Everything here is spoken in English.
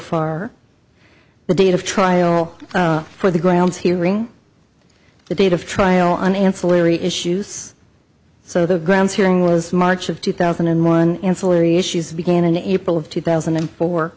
far the date of trial for the grounds hearing the date of trial on ancillary issues so the grounds hearing was march of two thousand and one ancillary issues began in april of two thousand and four